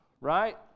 right